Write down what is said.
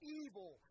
evil